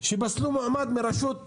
שפסלו מועמד מרשות עירייה.